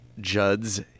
Judd's